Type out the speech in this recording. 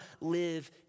live